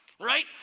right